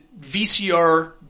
VCR